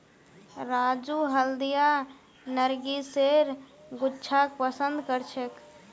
राजू हल्दिया नरगिसेर गुच्छाक पसंद करछेक